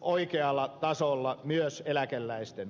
oikealla tasolla myös eläkeläisten osalta